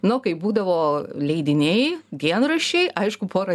nu kaip būdavo leidiniai dienraščiai aišku pora